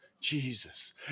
Jesus